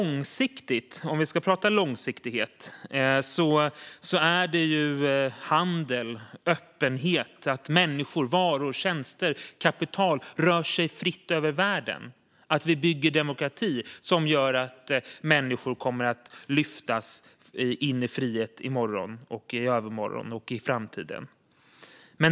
När det gäller långsiktighet är det handel, öppenhet, att människor, varor och tjänster och kapital rör sig fritt över världen samt att vi bygger demokrati som kommer att göra att människor lyfts in i frihet i morgon, i övermorgon och i framtiden.